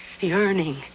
yearning